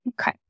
Okay